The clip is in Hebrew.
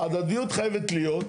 הדדיות חייבת להיות.